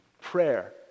prayer